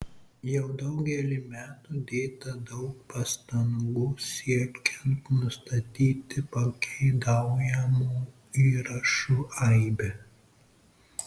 jau daugelį metų dėta daug pastangų siekiant nustatyti pageidaujamų įrašų aibę